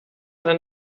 eine